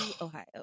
Ohio